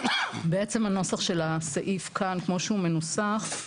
למעשה הנוסח של הסעיף כאן, כמו שהוא מנוסח,